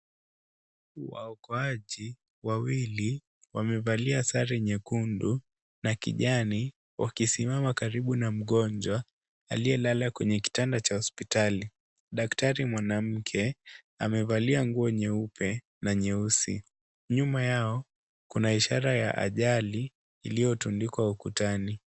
Waokoaji wawili wamevalia sare nyekundu na kijani wakisimama karibu na mgonjwa aliyelala kwenye kitanda cha hospotali . Daktari mwanamke amevalia nguo nyeupe na nyeusi nyuma yao kuna ishara ya ajali iliyotundikwa ukutani.